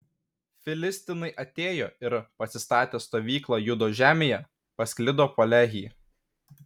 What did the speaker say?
filistinai atėjo ir pasistatę stovyklą judo žemėje pasklido po lehį